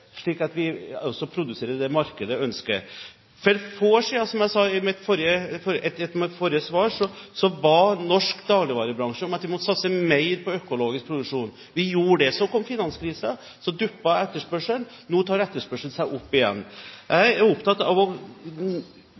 slik at vi også produserer det markedet ønsker. For få år siden – som jeg sa i mitt forrige svar – ba norsk dagligvarebransje om at vi måtte satse mer på økologisk produksjon. Vi gjorde det. Så kom finanskrisen, og da duppet etterspørselen. Nå tar etterspørselen seg opp igjen. Jeg er opptatt av å